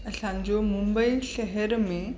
असांजो मुंबई शहर में